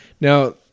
Now